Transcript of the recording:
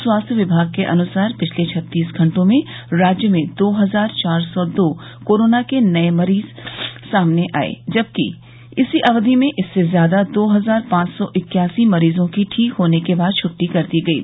स्वास्थ्य विभाग के अनुसार पिछले छत्तीस घंटों में राज्य में दो हजार चार सौ दो कोरोना के नये मामले सामने आये जबकि इसी अवधि में इससे ज्यादा दो हजार पांच सौ इक्यासी मरीजों की ठीक होने के बाद छटटी कर दी गयी